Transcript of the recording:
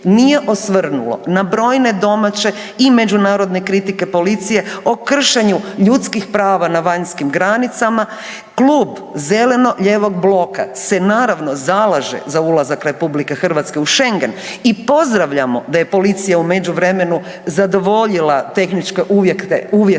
nije osvrnulo na brojne domaće i međunarodne kritike policije o kršenju ljudskih prava na vanjskim granicama. Klub zeleno-lijevog bloka se naravno zalaže za ulazak RH u Schengen i pozdravljamo da je policija u međuvremenu zadovoljila tehničke uvjete